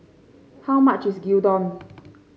how much is Gyudon